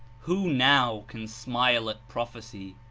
who now can smile at prophecy?